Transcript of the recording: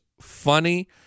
funny